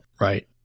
Right